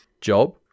job